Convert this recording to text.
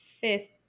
fifth